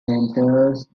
enters